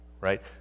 right